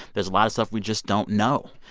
there's a lot of stuff we just don't know.